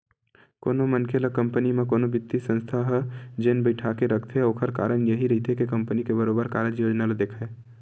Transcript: कोनो मनखे ल कंपनी म कोनो बित्तीय संस्था ह जेन बइठाके रखथे ओखर कारन यहीं रहिथे के कंपनी के बरोबर कारज योजना ल देखय